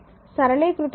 సరళీకృతం చేస్తే q 31